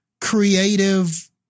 creative